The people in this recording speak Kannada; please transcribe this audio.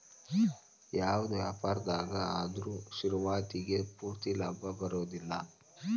ಯಾವ್ದ ವ್ಯಾಪಾರ್ದಾಗ ಆದ್ರು ಶುರುವಾತಿಗೆ ಪೂರ್ತಿ ಲಾಭಾ ಬರೊದಿಲ್ಲಾ